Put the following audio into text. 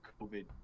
covid